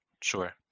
sure